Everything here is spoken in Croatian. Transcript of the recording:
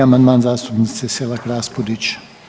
Amandman zastupnice Selak Raspudić.